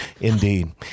Indeed